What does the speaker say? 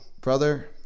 Brother